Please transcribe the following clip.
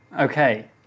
Okay